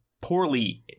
poorly